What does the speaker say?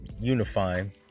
Unifying